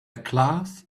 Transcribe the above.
class